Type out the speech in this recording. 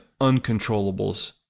uncontrollables